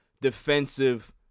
defensive